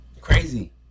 crazy